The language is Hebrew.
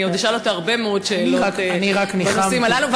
אשאל אותו עוד הרבה מאוד שאלות בנושאים הללו.